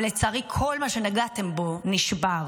אבל לצערי כל מה שנגעתם בו נשבר.